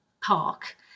park